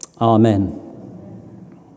amen